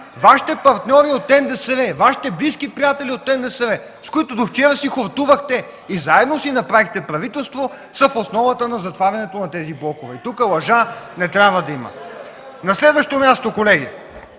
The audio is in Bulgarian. Вашите партньори от НДСВ, Вашите близки приятели от НДСВ, с които довчера си хортувахте и заедно си направихте правителство, са в основата на затварянето на тези блокове. И тук лъжа не трябва да има! (Шум и реплики от КБ.) На следващо място, колеги.